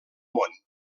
món